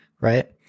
right